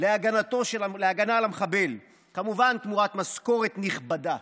להגנה על המחבל, כמובן, תמורת משכורת נכבדה.